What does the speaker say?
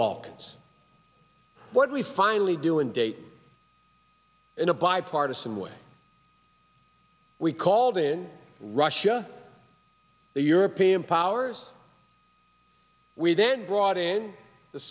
balkans what we finally do in date in a bipartisan way we called in russia the european powers we then brought in the